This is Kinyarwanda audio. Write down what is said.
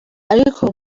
ariko